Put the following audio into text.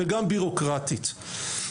וגם בירוקרטית.